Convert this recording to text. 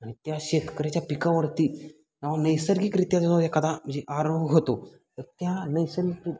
आणि त्या शेतकऱ्याच्या पिकावरती जेव्हा नैसर्गिकरित्या जेव्हा एखादा म्हणजे आरोह होतो तर त्या नैसर्गिक